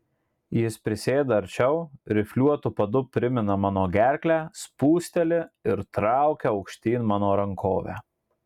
jis prisėda arčiau rifliuotu padu primina man gerklę spūsteli ir traukia aukštyn mano rankovę